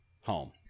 home